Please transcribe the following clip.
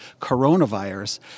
coronavirus